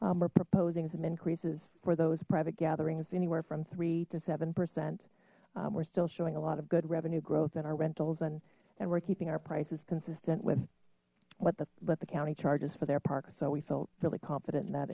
we're proposing some increases for those private gatherings anywhere from three to seven percent we're still showing a lot of good revenue growth in our rentals and and we're keeping our prices consistent with what the let the county charges for their park so we felt really confident in that